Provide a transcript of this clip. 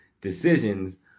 decisions